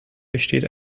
besteht